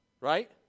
Right